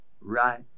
right